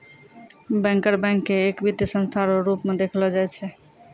banker bank के एक वित्तीय संस्था रो रूप मे देखलो जाय छै